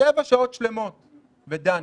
שבע שעות שלמות ודנה,